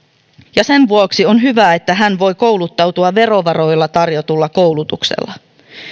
ja sen vuoksi on hyvä että hän voi kouluttautua verovaroilla tarjotulla koulutuksella